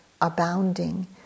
abounding